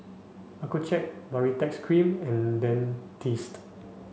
Accucheck Baritex cream and Dentiste